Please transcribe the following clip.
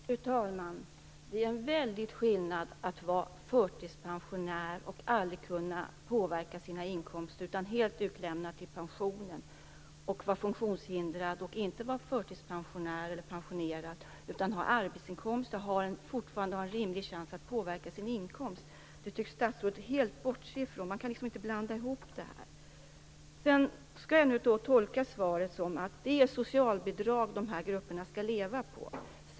Fru talman! Det är en väldig skillnad mellan att vara förtidspensionär och aldrig kunna påverka sina inkomster och att vara är helt utlämnad till pensionen och att vara funktionshindrad och inte vara förtidspensionerad med arbetsinkomst och fortfarande en rimlig chans att påverka sin inkomst. Detta tycks statsrådet helt bortse från. Man kan inte blanda ihop dessa grupper. Skall jag sedan tolka svaret så, att det är socialbidrag denna grupp skall leva på?